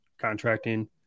contracting